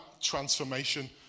transformation